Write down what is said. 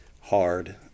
hard